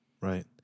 Right